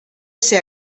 ser